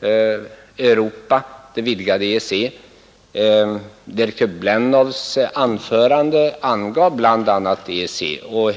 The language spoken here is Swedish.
det utvidgade EEC. I direktör Blennows anförande angavs bl.a. EEC.